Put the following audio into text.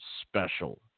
special